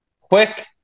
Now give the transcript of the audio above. quick